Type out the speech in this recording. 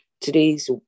Today's